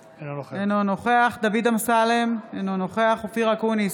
אינו נוכח דוד אמסלם, אינו נוכח אופיר אקוניס,